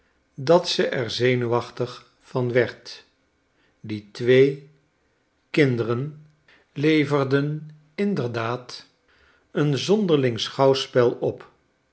dat ze er zenuwachtig van werd die twee kinderen leverden inderdaadeenzonderlingschouwspel op